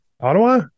Ottawa